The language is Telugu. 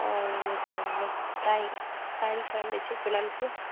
ఓకే అండి థ్యాంక్స్ థ్యాంక్స్ అండి చెప్పినందుకు